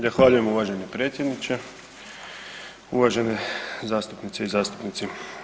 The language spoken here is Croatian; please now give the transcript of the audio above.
Zahvaljujem uvaženi predsjedniče, uvažene zastupnice i zastupnici.